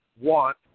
want